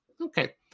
Okay